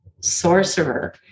sorcerer